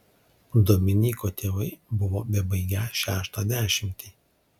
dominyko tėvai buvo bebaigią šeštą dešimtį